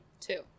two